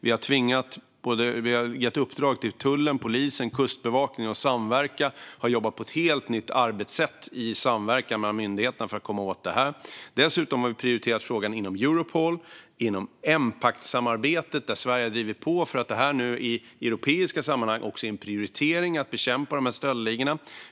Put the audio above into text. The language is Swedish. Vi har gett uppdrag till tullen, polisen och Kustbevakningen att samverka och har haft ett helt nytt arbetssätt i samverkan med de här myndigheterna för att komma åt detta. Dessutom har vi prioriterat frågan inom Europol och inom Empactsamarbetet där Sverige har drivit på för att det här, att bekämpa stöldligorna, nu i europeiska sammanhang också ska vara en prioritering.